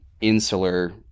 insular